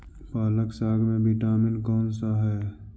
पालक साग में विटामिन कौन सा है?